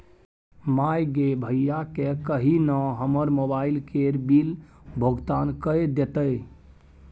माय गे भैयाकेँ कही न हमर मोबाइल केर बिल भोगतान कए देतै